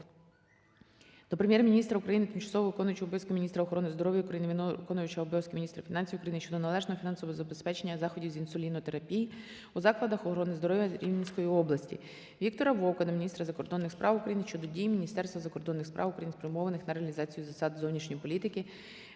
до Прем'єр-міністра України, тимчасово виконуючої обов'язки міністра охорони здоров'я України, виконувача обов'язків міністра фінансів України щодо належного фінансового забезпечення заходів з інсулінотерапії у закладах охорони здоров'я Рівненської області. Віктора Вовка до міністра закордонних справ України щодо дій Міністерства закордонних справ України, спрямованих на реалізацію засад зовнішньої політики,